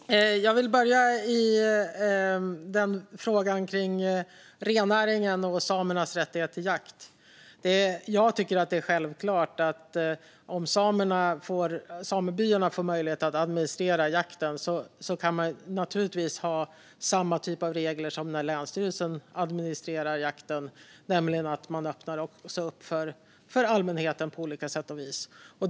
Fru talman! Jag vill börja med frågan om rennäringen och samernas rättighet till jakt. Jag tycker att det är självklart att om samebyarna får möjlighet att administrera jakten kan man ha samma typ av regler som när länsstyrelsen administrerar jakten, nämligen att man öppnar upp för allmänheten på olika sätt och vis.